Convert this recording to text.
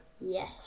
Yes